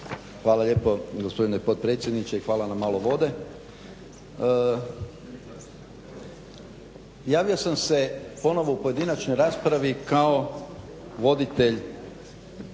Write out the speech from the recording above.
Hvala lijepo gospodine potpredsjedniče i hvala na malo vode. Javio sam se ponovno u pojedinačnoj raspravi kao voditelj